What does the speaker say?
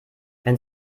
wenn